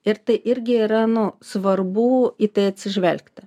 ir tai irgi yra nu svarbu į tai atsižvelgti